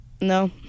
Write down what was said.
No